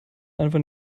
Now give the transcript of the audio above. einfach